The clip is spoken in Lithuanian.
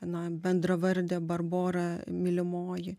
na bendravardė barbora mylimoji